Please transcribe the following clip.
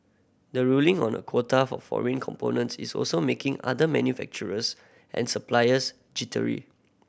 the ruling on a quota for foreign components is also making other manufacturers and suppliers jittery